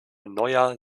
neuer